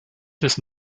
des